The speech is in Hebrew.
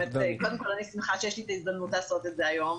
קודם כל אני שמחה שיש לי את ההזדמנות לעשות את זה היום,